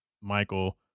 Michael